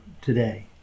today